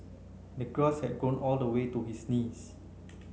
the grass had grown all the way to his knees